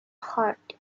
heart